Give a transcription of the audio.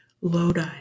Lodi